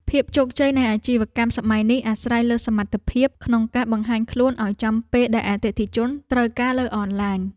ភាពជោគជ័យនៃអាជីវកម្មសម័យនេះអាស្រ័យលើសមត្ថភាពក្នុងការបង្ហាញខ្លួនឱ្យចំពេលដែលអតិថិជនត្រូវការលើអនឡាញ។